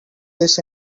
this